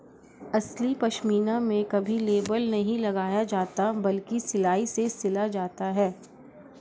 असली पश्मीना में कभी लेबल नहीं लगाया जाता बल्कि सिलाई से सिला जाता है